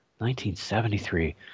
1973